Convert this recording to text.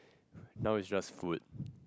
now it's just food